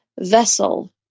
vessel